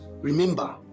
Remember